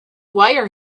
wire